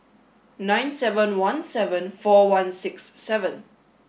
nine seven one seven four one six seven